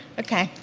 okay.